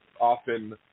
often